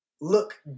look